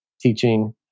teaching